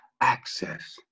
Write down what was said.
access